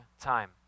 time